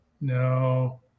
no